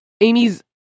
Amy's